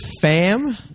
FAM